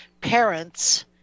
Parents